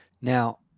Now